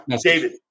David